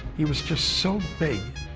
he was just so big.